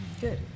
Good